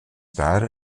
tard